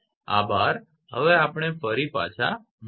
આભાર આપણે ફરી પાછા મળીશું